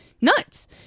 nuts